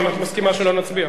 אם כך, את מסכימה שלא נצביע.